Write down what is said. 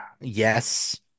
Yes